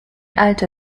alte